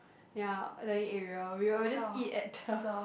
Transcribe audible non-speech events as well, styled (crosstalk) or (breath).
ya dining area we will just eat at the (breath)